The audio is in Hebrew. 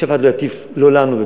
ושאף אחד לא יטיף לנו מוסר,